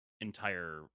entire